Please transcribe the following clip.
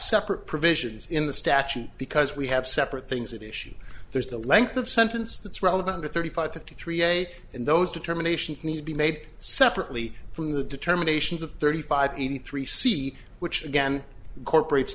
separate provisions in the statute because we have separate things that issue there's the length of sentence that's relevant to thirty five fifty three a day in those determinations need to be made separately from the determinations of thirty five eighty three see which again corporates